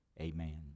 amen